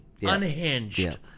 unhinged